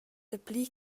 dapli